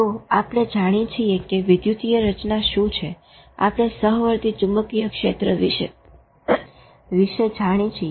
તો આપણે જાણીએ છીએ કે વિદ્યુતીય રચના શું છે આપણે સહવર્તી ચુંબકીય ક્ષેત્ર વિશે જાણી છીએ